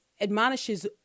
admonishes